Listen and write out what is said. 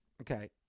Okay